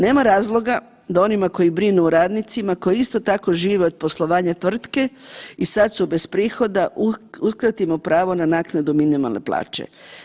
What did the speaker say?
Nema razloga da onima koji brinu o radnicima koji isto tako žive od poslovanja tvrtke i sad su bez prihoda uskratimo pravo na naknadu minimalne plaće.